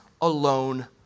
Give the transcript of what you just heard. alone